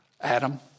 Adam